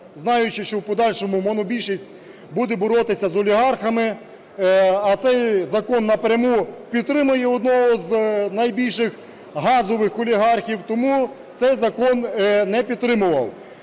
знаючи, що в подальшому монобільшість буде боротися з олігархами, а цей закон напряму підтримує одного з найбільших газових олігархів, тому цей закон не підтримував.